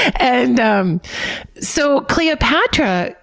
and um so, cleopatra,